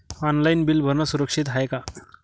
Online bill भरनं सुरक्षित हाय का?